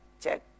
check